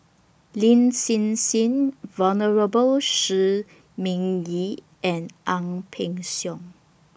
Lin Hsin Hsin Venerable Shi Ming Yi and Ang Peng Siong